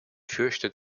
fürchtet